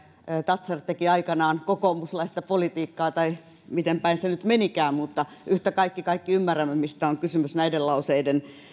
thatcher teki aikanaan kokoomuslaista politiikkaa tai miten päin se nyt menikään mutta yhtä kaikki kaikki ymmärrämme mistä on kysymys näiden lauseiden